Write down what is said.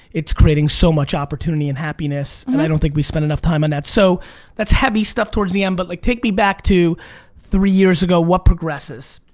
it's creating so much opportunity and happiness and i don't think we spend enough time on that. so that's heavy stuff towards the end but like take me back to three years ago, what progresses?